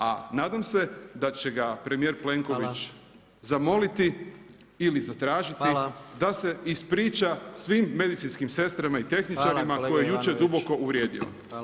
A nadam se da će ga premjer Plenković zamoliti ili zatražiti da se ispriča svim medicinskim sestrama i tehničarima koje je jučer duboko uvrijedio.